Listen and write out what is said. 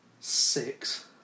Six